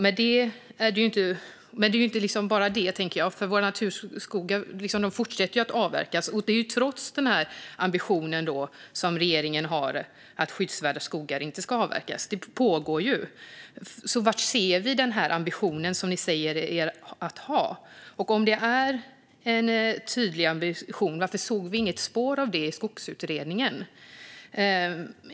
Men det är inte bara det, tänker jag, för våra naturskogar fortsätter att avverkas, trots regeringens ambition att skyddsvärda skogar inte ska avverkas. Det pågår ju, så var ser vi den ambition som ni säger er ha? Och om det är en tydlig ambition, varför såg vi inget spår av detta i Skogsutredningen?